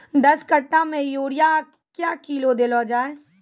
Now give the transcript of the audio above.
दस कट्ठा मे यूरिया क्या किलो देलो जाय?